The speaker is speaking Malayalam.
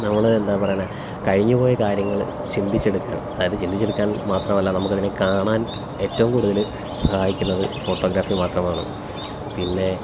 നമ്മള് എന്താ പറയുന്നത് കഴിഞ്ഞുപോയ കാര്യങ്ങള് ചിന്തിച്ചെടുക്കാന് അതായത് ചിന്തിച്ചെടുക്കാന് മാത്രമല്ല നമുക്കതിനെ കാണാന് ഏറ്റവും കൂടുതല് സഹായിക്കുന്നത് ഫോട്ടോഗ്രാഫി മാത്രമാണ് പിന്നെ